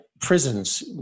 prisons